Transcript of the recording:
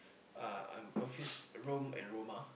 uh I'm confused Rome and Roma